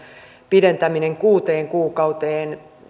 pidentäminen kuuteen kuukauteen